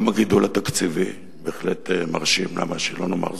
גם הגידול התקציבי בהחלט מרשים, למה שלא נאמר זאת?